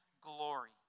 glory